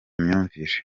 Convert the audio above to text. myumvire